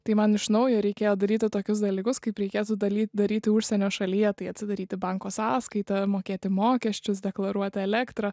tai man iš naujo reikėjo daryti tokius dalykus kaip reikėtų daly daryti užsienio šalyje tai atsidaryti banko sąskaitą mokėti mokesčius deklaruoti elektrą